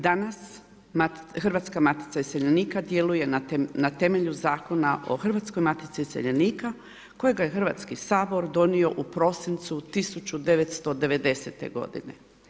Danas Hrvatska matica iseljenika djeluje na temelju Zakona o Hrvatskoj matici iseljenika kojega je Hrvatski sabor donio u prosincu 1990. godine.